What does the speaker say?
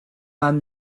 man